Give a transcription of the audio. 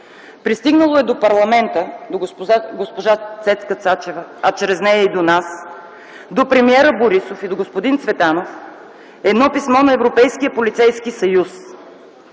Пристигнало е до парламента – до госпожа Цецка Цачева, а чрез нея и до нас, до премиера Борисов и до господин Цветанов писмо на Европейския полицейски съюз.